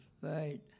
Right